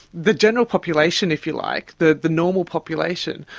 the general population if you like, the the normal population,